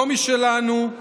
לא משלנו,